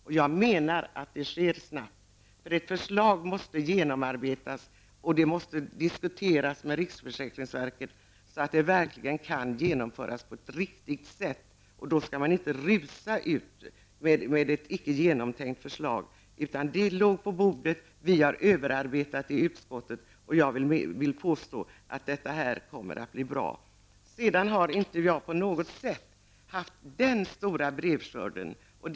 Och jag menar att det kommer att ske snabbt. Ett förslag måste genomarbetas och diskuteras med riksförsäkringsverket så att det verkligen kan genomföras på ett riktigt sätt. Då skall man inte rusa ut med ett icke igenomtänkt förslag. Förslaget låg nu på bordet, och vi har överarbetat det i utskottet. Jag vill påstå att det här kommer att bli bra. Sedan har jag inte på något sätt haft sådan brevskörd som det här har talats om.